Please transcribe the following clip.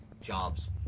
jobs